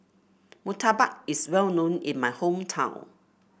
murtabak is well known in my hometown